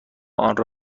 آنرا